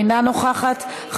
אינה נוכחת,